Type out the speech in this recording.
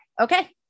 Okay